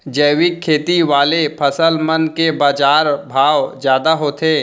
जैविक खेती वाले फसल मन के बाजार भाव जादा होथे